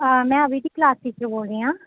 ਮੈਂ ਅਵੀ ਦੀ class teacher ਬੋਲ ਰਹੀ ਹਾਂ